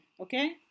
Okay